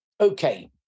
Okay